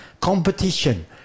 competition